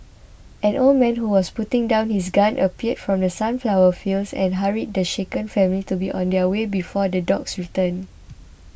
an old man who was putting down his gun appeared from the sunflower fields and hurried the shaken family to be on their way before the dogs return